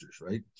right